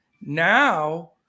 Now